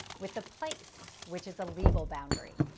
with the place, which is a legal boundary.